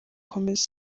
ukomeze